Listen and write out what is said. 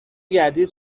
گردید